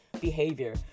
behavior